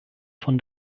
von